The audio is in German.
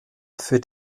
für